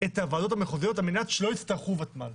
את הוועדות המחוזיות על מנת שלא נזדקק לותמ"ל,